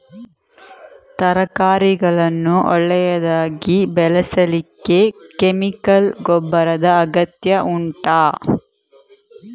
ತರಕಾರಿಗಳನ್ನು ಒಳ್ಳೆಯದಾಗಿ ಬೆಳೆಸಲಿಕ್ಕೆ ಕೆಮಿಕಲ್ ಗೊಬ್ಬರದ ಅಗತ್ಯ ಉಂಟಾ